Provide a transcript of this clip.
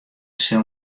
sil